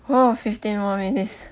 !huh! fifteen more minutes